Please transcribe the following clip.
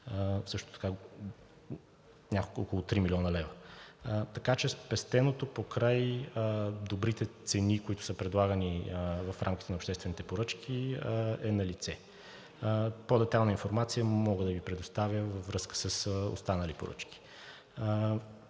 или някъде около 3 млн. лв. Така че спестеното покрай добрите цени, които са предлагани в рамките на обществените поръчки, е налице. По-детайлна информация мога да Ви предоставя във връзка с останали поръчки.